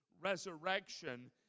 resurrection